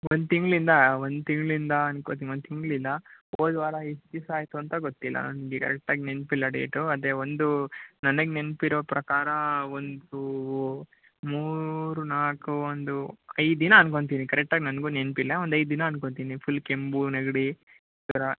ಒಂದು ತಿಂಗಳಿಂದ ಒಂದು ತಿಂಗಳಿಂದ ಅನ್ಕೊಂತೀನಿ ಒಂದು ತಿಂಗ್ಳಿಂದ ಹೋದ ವಾರ ಎಷ್ಟು ದಿವ್ಸ ಆಯಿತು ಅಂತ ಗೊತ್ತಿಲ್ಲ ನಂಗೆ ಎರಡು ಟೈಮ್ ನೆನಪಿಲ್ಲ ಡೇಟು ಅದೇ ಒಂದು ನನಗೆ ನೆನ್ಪಿರೋ ಪ್ರಕಾರ ಒಂದು ಮೂರು ನಾಲ್ಕು ಒಂದು ಐದು ದಿನ ಅಂದ್ಕೋತೀನಿ ಕರೆಕ್ಟಾಗಿ ನನಗೂ ನೆನಪಿಲ್ಲ ಒಂದು ಐದು ದಿನ ಅಂದ್ಕೋತೀನಿ ಫುಲ್ ಕೆಮ್ಮು ನೆಗಡಿ ಜ್ವರ